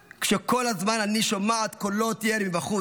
כשכל הזמן אני שומעת קולות ירי מבחוץ,